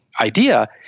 idea